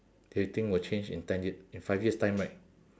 that you think will change in ten year in five years time right